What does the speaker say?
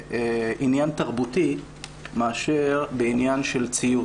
בעניין תרבותי מאשר בעניין של ציות.